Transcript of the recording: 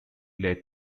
led